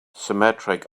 symmetric